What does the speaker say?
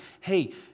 hey